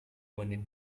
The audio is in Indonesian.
menit